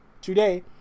today